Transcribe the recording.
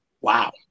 Wow